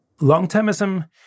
Long-termism